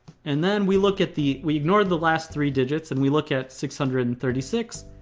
and then we look at the, we ignore the last three digits and we look at six hundred and thirty six.